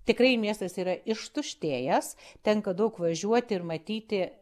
tikrai miestas yra ištuštėjęs tenka daug važiuoti ir matyti